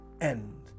end